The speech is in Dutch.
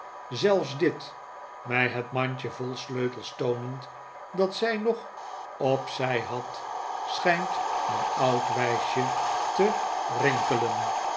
zelfs dit mij het mandje vol sleutels toonend dat zij nog op zij had schijnt een oud wijsje te rinkelen